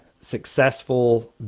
successful